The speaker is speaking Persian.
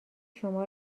شما